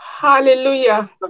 Hallelujah